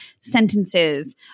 sentences